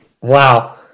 Wow